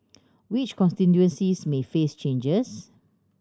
which constituencies may face changes